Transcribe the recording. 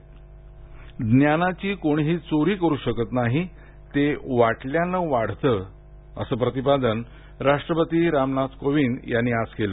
राष्ट्पती ज्ञानाची कोणीही चोरी करू शकत नाही ते वाटल्यानं वाढतं असं प्रतिपादन राष्ट्रपती रामनाथ कोविंद यांनी आज केलं